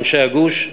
אנשי הגוש,